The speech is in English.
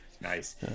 Nice